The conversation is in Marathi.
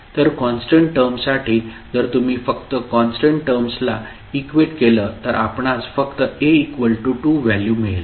तर कॉन्स्टंट टर्म्ससाठी जर तुम्ही फक्त कॉन्स्टंट टर्म्सला इक्वेट केल तर आपणास फक्त A 2 व्हॅल्यू मिळेल